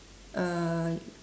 uh